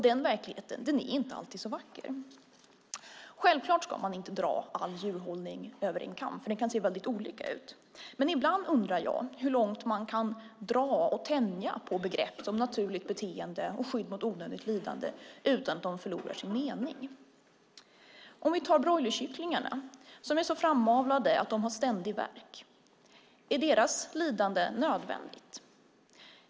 Den verkligheten är inte alltid så vacker. Självklart ska man inte dra all djurhållning över en kant, för den kan se väldigt olika ut. Men ibland undrar man hur långt man kan dra i och tänja på begrepp som "naturligt beteende" och "skydd mot onödigt lidande" utan att de förlorar sin mening. Broilerkycklingarna är till exempel så framavlade att de har ständig värk. Är deras lidande nödvändigt?